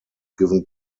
given